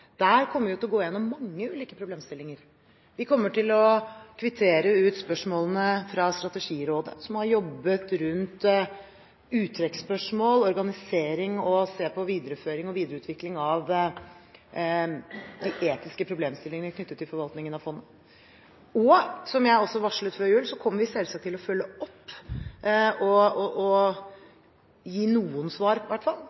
Der kommer vi til å gå gjennom mange ulike problemstillinger. Vi kommer til å kvittere ut spørsmålene fra Strategirådet, som har jobbet med uttrekksspørsmål og organisering, og sett på videreføring og videreutvikling av etiske problemstillinger knyttet til forvaltningen av fondet. Og som jeg også varslet før jul, kommer vi selvsagt til å følge opp og gi noen svar i hvert fall